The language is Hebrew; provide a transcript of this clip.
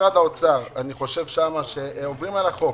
משרד האוצר, אני חושב ששם עוברים על החוק.